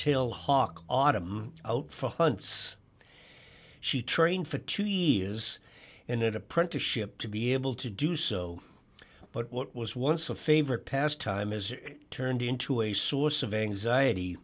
tail hawk autumn out for hunts she trained for two years and it apprenticeship to be able to do so but what was once a favorite past time is it turned into a source of anxiety